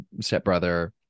stepbrother